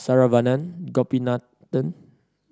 Saravanan Gopinathan